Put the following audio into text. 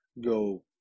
go